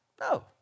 No